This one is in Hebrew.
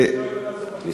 יש